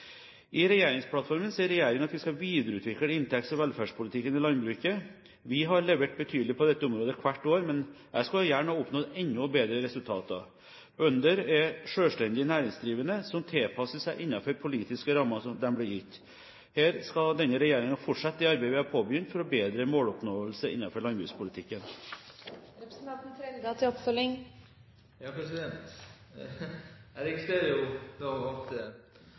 I regjeringsplattformen sier regjeringen at vi skal videreutvikle inntekts- og velferdspolitikken i landbruket. Vi har levert betydelig på dette området hvert år, men jeg skulle gjerne oppnådd enda bedre resultater. Bønder er selvstendig næringsdrivende som tilpasser seg innenfor de politiske rammene de blir gitt. Her skal denne regjeringen fortsette det arbeidet som vi har påbegynt for bedre måloppnåelse